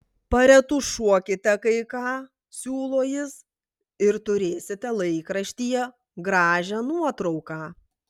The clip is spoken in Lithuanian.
paretušuokite kai ką siūlo jis ir turėsite laikraštyje gražią nuotrauką